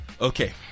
Okay